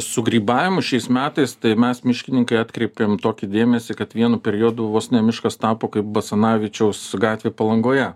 su grybavimu šiais metais tai mes miškininkai atkreipėm tokį dėmesį kad vienu periodu vos ne miškas tapo kaip basanavičiaus gatvė palangoje